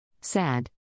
Sad